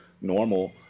normal